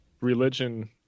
religion